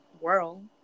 world